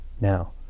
Now